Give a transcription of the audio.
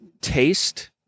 taste